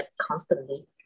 constantly